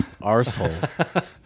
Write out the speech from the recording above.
arsehole